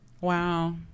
Wow